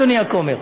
אדוני הכומר,